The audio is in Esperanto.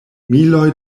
miloj